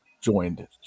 joined